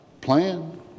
plan